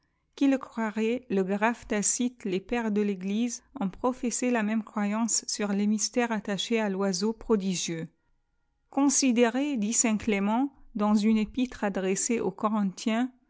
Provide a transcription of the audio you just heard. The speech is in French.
qui le croirait le grave tacite les pères de tëglise ont professé la même croyance sur les mystères attachés à l'oiseau prodigieux considérez dit saint clament dans une épttre adressée aux corinthiensi